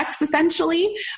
essentially